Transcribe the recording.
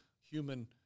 human